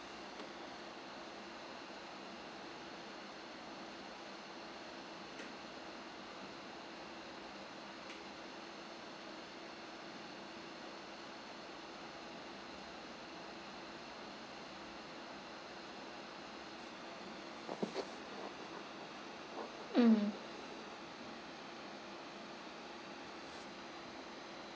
mm